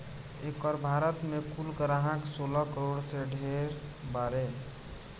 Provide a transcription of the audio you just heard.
एकर भारत मे कुल ग्राहक सोलह करोड़ से ढेर बारे